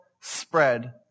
spread